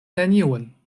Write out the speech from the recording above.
neniun